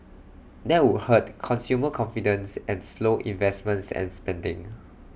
that would hurt consumer confidence and slow investments and spending